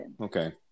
Okay